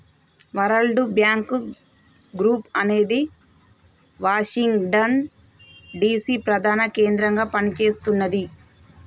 world bank group అనేది Washington DC ప్రధాన కేంద్రంగా పనిచేస్తున్నది